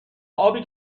آبی